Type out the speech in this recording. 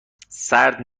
سرد